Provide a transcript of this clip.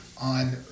on